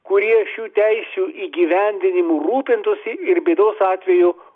kurie šių teisių įgyvendinimu rūpintųsi ir bėdos atveju